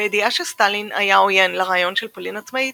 בידיעה שסטלין היה עוין לרעיון של פולין עצמאית,